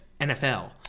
NFL